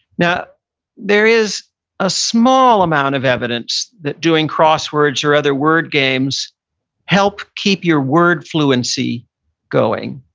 now there is a small amount of evidence that doing crosswords or other word games help keep your word fluency going.